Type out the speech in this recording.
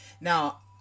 Now